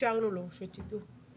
אפשרנו לו, שתדעו.